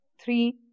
Three